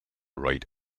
write